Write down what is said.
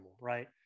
right